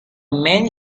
man